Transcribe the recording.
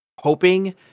hoping